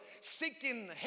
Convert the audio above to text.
seeking